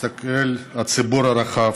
מסתכל הציבור הרחב,